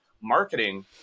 marketing